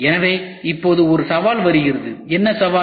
எனவே இப்போது ஒரு சவால் வருகிறது என்ன சவால்